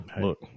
Look